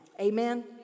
Amen